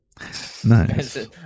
nice